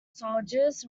soldiers